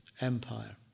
Empire